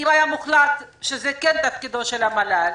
אם היה מוחלט שזה כן תפקידו של המל"ל,